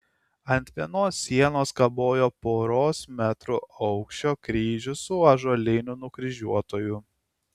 ant vienos sienos kabojo poros metrų aukščio kryžius su ąžuoliniu nukryžiuotuoju